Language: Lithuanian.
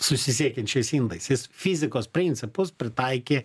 susisiekiančiais indais jis fizikos principus pritaikė